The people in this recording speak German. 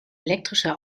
elektrische